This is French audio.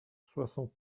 soixante